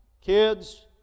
kids